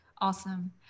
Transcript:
Awesome